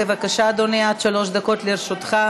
בבקשה, אדוני, עד שלוש דקות לרשותך.